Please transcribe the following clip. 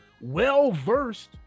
well-versed